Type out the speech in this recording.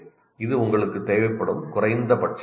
இது உங்களுக்குத் தேவைப்படும் குறைந்தபட்சமாகும்